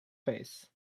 face